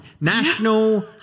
National